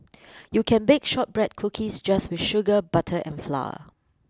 you can bake shortbread cookies just with sugar butter and flour